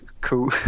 Cool